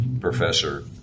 professor